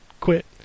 quit